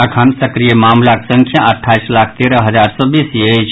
अखन सक्रिय मामिलाक संख्या अट्ठाईस लाख तेरह हजार सँ बेसी अछि